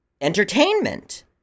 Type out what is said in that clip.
entertainment